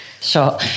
Sure